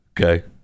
Okay